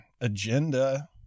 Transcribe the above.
agenda